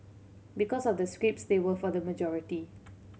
because of the scripts they were for the majority